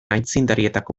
aitzindarietako